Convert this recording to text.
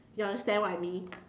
you understand what I mean